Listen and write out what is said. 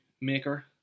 maker